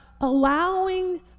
allowing